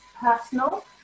personal